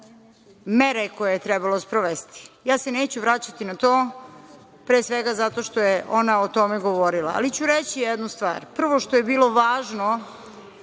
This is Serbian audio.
mere koje je trebalo sprovesti. Ja se neću vraćati na to, pre svega zato što je ona o tome govorila, ali ću reći jednu stvar. Prvo što je bilo važno,